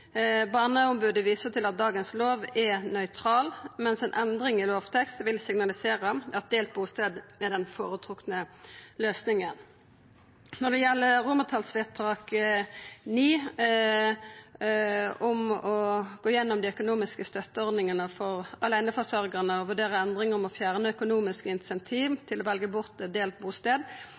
Barneombodet viser til at dagens lov er nøytral, medan ei endring av lovteksten vil signalisera at delt bustad er den føretrekte løysinga. Når det gjeld IX, om å gå igjennom dei økonomiske støtteordningane for aleineforsørgjarar og vurdera ei endring om å fjerna økonomiske incentiv for å velja bort delt bustad,